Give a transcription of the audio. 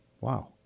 Wow